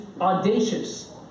audacious